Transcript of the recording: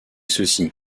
ceci